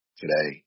today